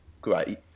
great